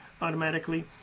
automatically